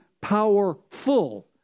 powerful